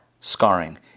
scarring